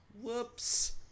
Whoops